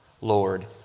Lord